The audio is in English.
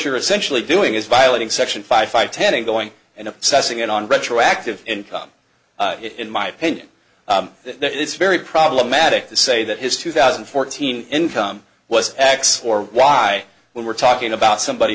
you're essentially doing is violating section five five ten and going and obsessing on retroactive income in my opinion it's very problematic to say that his two thousand and fourteen income was x or y when we're talking about somebody